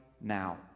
now